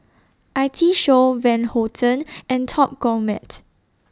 I T Show Van Houten and Top Gourmet